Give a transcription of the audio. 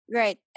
right